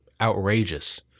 outrageous